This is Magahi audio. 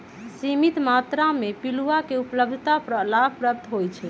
सीमित मत्रा में पिलुआ के उपलब्धता लाभप्रद होइ छइ